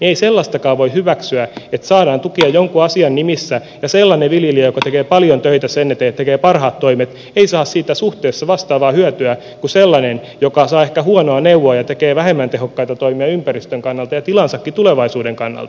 ei sellaistakaan voi hyväksyä että saadaan tukea jonkin asian nimissä ja sellainen viljelijä joka tekee paljon töitä sen eteen että tekee parhaat toimet ei saa siitä suhteessa vastaavaa hyötyä kuin sellainen joka saa ehkä huonoja neuvoja ja tekee vähemmän tehokkaita toimia ympäristön kannalta ja tilansakin tulevaisuuden kannalta